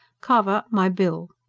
carver, my bill!